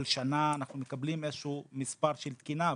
כל שנה אנחנו מקבלים איזה שהוא מספר של תקינה,